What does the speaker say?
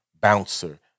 bouncer